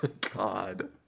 god